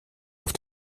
auf